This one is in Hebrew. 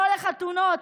לא לחתונות,